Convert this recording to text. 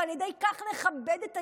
ועל ידי כך נכבד את היהדות,